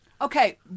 Okay